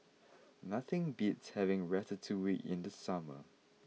nothing beats having Ratatouille in the summer